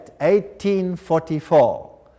1844